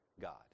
God